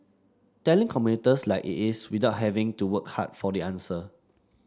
telling commuters like it is without having to work hard for the answer